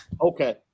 Okay